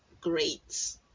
great